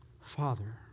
Father